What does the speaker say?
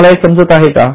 तुम्हाला हे समजत आहे का